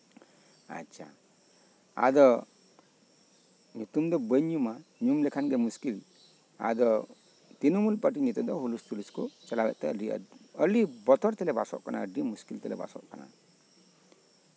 ᱟᱪᱪᱷᱟ ᱟᱫᱚ ᱧᱩᱛᱩᱢ ᱫᱚ ᱵᱟᱹᱧ ᱧᱩᱢᱟ ᱧᱩᱛᱩᱢ ᱧᱩᱢ ᱞᱮᱠᱷᱟᱱ ᱜᱮ ᱢᱩᱥᱠᱤᱞ ᱟᱫᱚ ᱛᱨᱤᱱᱢᱩᱞ ᱯᱟᱴᱤ ᱱᱤᱛᱳᱜ ᱫᱚ ᱦᱩᱞᱩᱥᱼᱛᱩᱞᱩᱥ ᱠᱚ ᱪᱟᱞᱟᱮᱫ ᱠᱟᱱᱟ ᱟᱰᱤ ᱵᱚᱛᱚᱨ ᱛᱮᱞᱮ ᱵᱟᱥᱚᱜ ᱠᱟᱱᱟ ᱟᱹᱰᱤ ᱢᱩᱥᱠᱤᱞ ᱛᱮᱞᱮ ᱵᱟᱥᱚᱜ ᱠᱟᱱᱟ